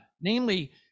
namely